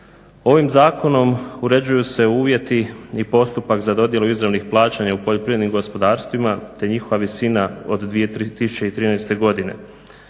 Ovim zakonom uređuju se uvjeti i postupak za dodjelu izravnih plaćanja u poljoprivrednim gospodarstvima te njihova visina od 2013.godine